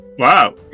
Wow